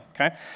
okay